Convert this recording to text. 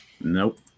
Nope